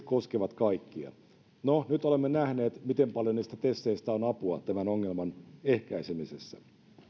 koskevat kaikkia no nyt olemme nähneet miten paljon niistä teseistä on apua tämän ongelman ehkäisemisessä